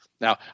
Now